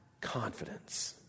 confidence